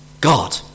God